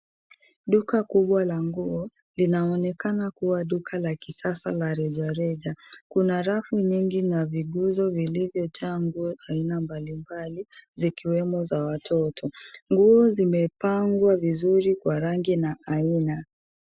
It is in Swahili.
Duka kubwa la nguo linaonekana kuwa duka la kisasa la rejareja, kuna rafu nyingi na viguzo vilivyo taa nguo aina mbalimbali zikiwemo za watoto. Nguo zimepangwa vizuri kwa rangi na aina.